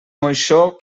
moixó